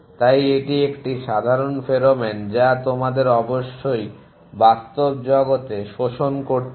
তাই এটি একটি সাধারণ ফেরোমন যা তোমাদের অবশ্যই বাস্তব জগতে শোষণ করতে হবে